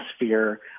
atmosphere